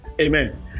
Amen